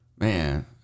man